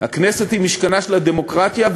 הכנסת היא משכנה של הדמוקרטיה,